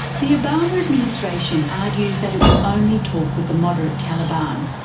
the obama administration argues that it will only talk with the moderate taliban.